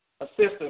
assistance